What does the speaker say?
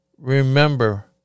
Remember